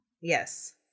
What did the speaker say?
Yes